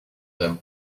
them